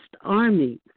army